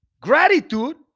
gratitude